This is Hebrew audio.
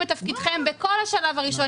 בכל השלב הראשוני.